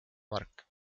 mark